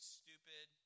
stupid